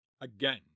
Again